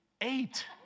eight